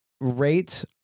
Rate